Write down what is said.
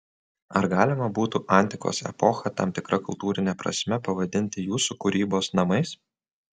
ar galima būtų antikos epochą tam tikra kultūrine prasme pavadinti jūsų kūrybos namais